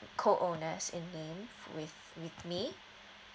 co owners and then with with me